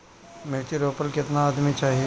मिर्च रोपेला केतना आदमी चाही?